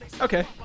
Okay